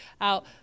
out